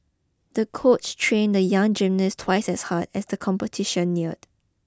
the coach trained the young gymnast twice as hard as the competition neared